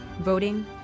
voting